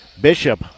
Bishop